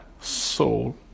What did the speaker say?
soul